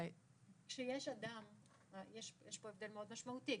יש הבדל מאוד משמעותי.